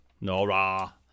Nora